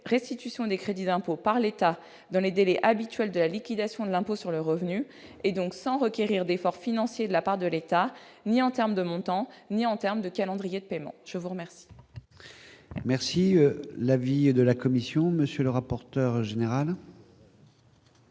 restitution des crédits d'impôt par l'État dans les délais habituels de la liquidation de l'impôt sur le revenu, donc sans requérir d'efforts financiers de la part de l'État, ni en termes de montant ni en termes de calendrier de paiement. Quel est l'avis de la commission ? Nous avions déjà